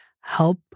Help